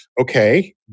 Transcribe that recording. okay